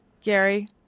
Gary